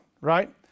right